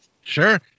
sure